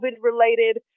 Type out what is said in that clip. related